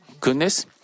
goodness